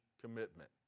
commitment